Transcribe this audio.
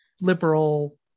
liberal